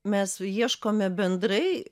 mes ieškome bendrai